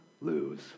lose